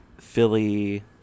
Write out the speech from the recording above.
philly